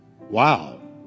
Wow